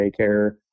daycare